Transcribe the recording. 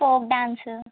folk dance